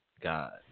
God